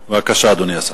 בבקשה, אדוני השר.